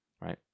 right